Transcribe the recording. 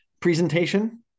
presentation